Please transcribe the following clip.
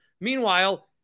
Meanwhile